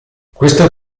questo